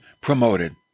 promoted